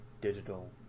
digital